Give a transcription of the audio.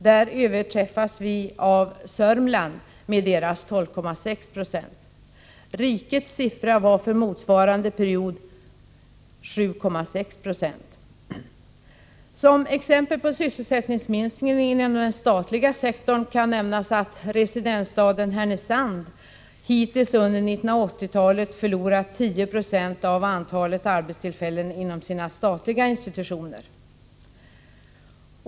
Där överträffas vi av Södermanland med det länets 12,6 20. Rikets siffra var för motsvarande period 7,6 76. Som exempel på sysselsättningsminskningen inom den statliga sektorn kan nämnas att residensstaden Härnösand hittills under 1980-talet förlorat 10 26 av antalet arbetstillfällen inom sina statliga institutioner.